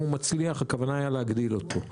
הוא היה מצליח הכוונה הייתה להגדיל אותו.